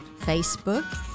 Facebook